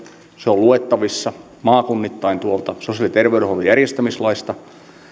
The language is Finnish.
se on luettavissa maakunnittain tuolta sosiaali ja terveydenhuollon järjestämislaista